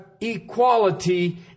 equality